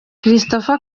christopher